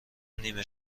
نیمه